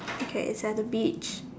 okay it's at the beach